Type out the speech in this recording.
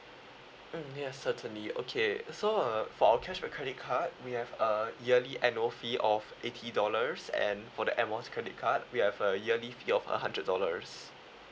mm yes certainly okay so uh for our cashback credit card we have a yearly annual fee of eighty dollars and for the air miles credit card we have a yearly fee of a hundred dollars